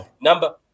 Number